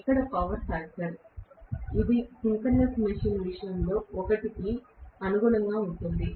ఎక్కడ శక్తి కారకం ఇది సింక్రోనస్ మెషీన్ విషయంలో 1 కి అనుగుణంగా ఉంటుంది